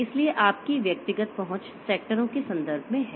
इसलिए आपकी व्यक्तिगत पहुंच सेक्टरों के संदर्भ में है